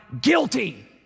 guilty